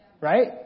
right